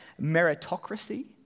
meritocracy